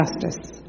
Justice